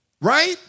right